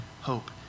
hope